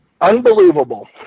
Unbelievable